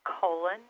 colon